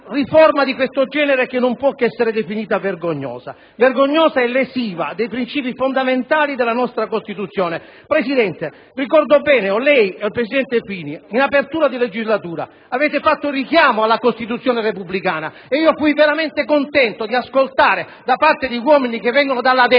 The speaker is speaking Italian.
riforma di questo genere, che non può che essere definita vergognosa e lesiva dei principi fondamentali della nostra Costituzione. Signor Presidente, ricordo bene che in apertura di legislatura lei e il presidente Fini avete fatto richiamo alla Costituzione repubblicana ed io fui veramente contento di ascoltare, da parte di uomini che vengono dalla destra,